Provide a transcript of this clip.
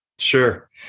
Sure